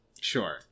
Sure